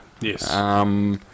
Yes